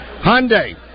Hyundai